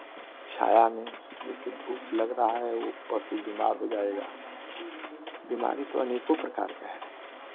छाया में जैसे धूप लग रहा है वो पशु बिमार हो जाएगा बीमारी तो अनेको प्रकार का है